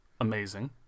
amazing